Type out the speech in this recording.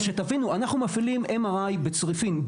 אבל שתבינו: אנחנו מפעילים MRI בצריפין,